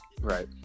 right